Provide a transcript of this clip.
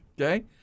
Okay